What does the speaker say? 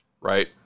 right